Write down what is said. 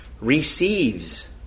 receives